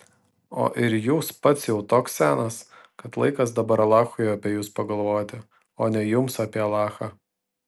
o ir jūs pats jau toks senas kad laikas dabar alachui apie jus pagalvoti o ne jums apie alachą